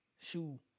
shoe